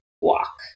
walk